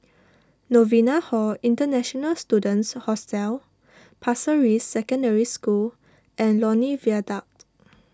Novena Hall International Students Hostel Pasir Ris Secondary School and Lornie Viaduct